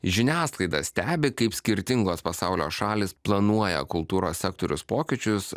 žiniasklaida stebi kaip skirtingos pasaulio šalys planuoja kultūros sektoriaus pokyčius